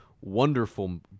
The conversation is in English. wonderful